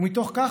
ומתוך כך,